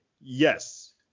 Yes